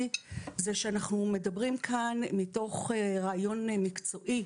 זה שאנחנו מדברים כאן מתוך רעיון מקצועי,